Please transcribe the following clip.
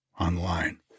online